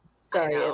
Sorry